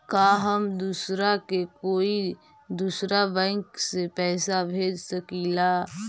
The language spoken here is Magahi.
का हम दूसरा के कोई दुसरा बैंक से पैसा भेज सकिला?